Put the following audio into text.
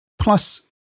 plus